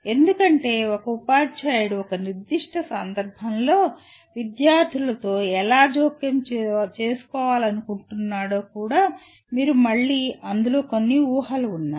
ఎందుకంటే ఒక ఉపాధ్యాయుడు ఒక నిర్దిష్ట సందర్భంలో విద్యార్థులతో ఎలా జోక్యం చేసుకోవాలనుకుంటున్నాడో కూడా మీరు మళ్ళీ అందులో కొన్ని ఊహలు ఉన్నాయి